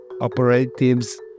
operatives